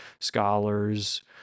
scholars